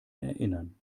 erinnern